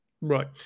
Right